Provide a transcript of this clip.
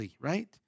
right